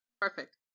Perfect